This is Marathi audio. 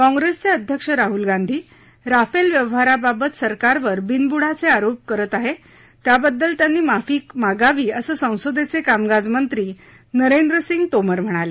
काँग्रेसचे अध्यक्ष राहुल गांधी राफेल व्यवहाराबाबत सरकारवर बिनबुडाचे आरोप केले आहेत त्याबद्दल त्यांनी माफी मागावी असं संसदेचे कामकाज मंत्री नरेंद्र सिंग तोमर म्हणाले